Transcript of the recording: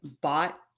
bought